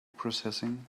processing